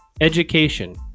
education